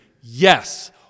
yes